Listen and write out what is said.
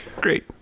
Great